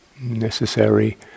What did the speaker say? necessary